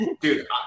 Dude